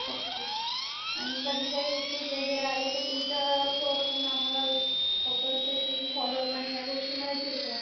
okay आणि कधी काही इश्यूज वगैरे आले तर तुमच्या स्टोरकडनं आम्हाला प्रॉपर त्याची फॉलोअप आणि या गोष्टी मिळतील का